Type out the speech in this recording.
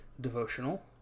devotional